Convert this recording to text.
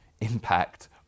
impact